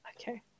Okay